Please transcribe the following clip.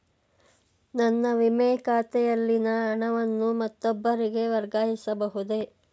ನನ್ನ ವಿಮೆ ಖಾತೆಯಲ್ಲಿನ ಹಣವನ್ನು ಮತ್ತೊಬ್ಬರಿಗೆ ವರ್ಗಾಯಿಸ ಬಹುದೇ?